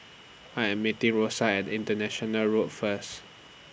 I Am meeting Rosa At International Road First